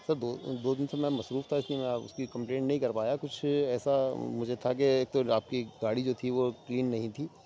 سر دو دو دن سے میں مصروف تھا اس لیے میں اس کی کمپلین نہیں کر پایا کچھ ایسا مجھے تھا کہ ایک تو آپ کی گاڑی جو تھی وہ کلین نہیں تھی